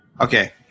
Okay